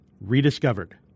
rediscovered